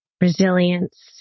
resilience